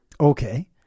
Okay